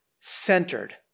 centered